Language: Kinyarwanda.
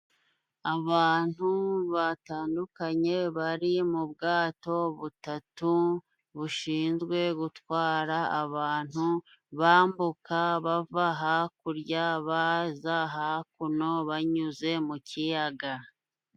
Abantu batandukanye bari mu bwato butatu bushinzwe gutwara abantu bambuka bava hakurya baza hakuno banyuze mu kiyaga.